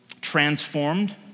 transformed